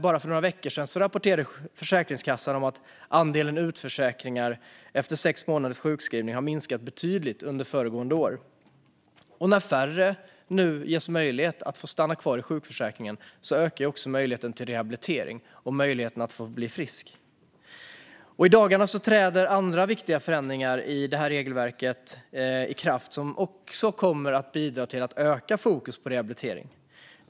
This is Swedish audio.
Bara för några veckor sedan rapporterade Försäkringskassan att andelen utförsäkringar efter sex månaders sjukskrivning har minskat betydligt under föregående år. När fler ges möjlighet att stanna kvar i sjukförsäkringen ökar också möjligheten till rehabilitering och att få bli frisk. I dagarna träder andra viktiga förändringar i regelverket i kraft som också kommer att bidra till att öka fokus på rehabilitering.